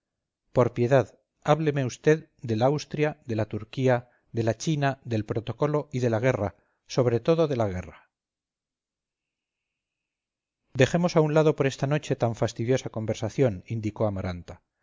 por piedad hábleme vd del austria de la turquía de la china del protocolo y de la guerra sobre todo de la guerra dejemos a un lado por esta noche tan fastidiosa conversación indicó amaranta